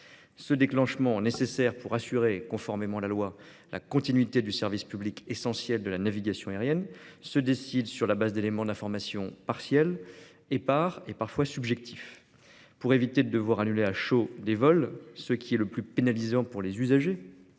Ce déclenchement, nécessaire pour assurer, conformément à la loi, la continuité du service public essentiel de la navigation aérienne, se décide en effet sur la base d'éléments d'information partiels, épars et parfois subjectifs. Pour éviter de devoir annuler des vols « à chaud », ce qui est le plus pénalisant pour les usagers